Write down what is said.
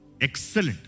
Excellent